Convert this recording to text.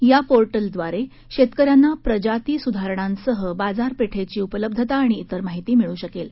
या पोर्टल द्वारे शेतक यांना प्रजाती सुधारणांसह बाजारपेठची उपलब्धता आणि इतर माहिती मिळू शकेल